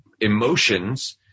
emotions